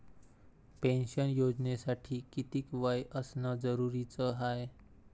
Pension योजनेसाठी कितीक वय असनं जरुरीच हाय?